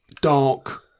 dark